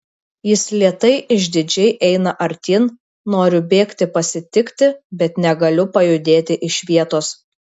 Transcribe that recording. jis lėtai išdidžiai eina artyn noriu bėgti pasitikti bet negaliu pajudėti iš vietos